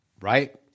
right